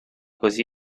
così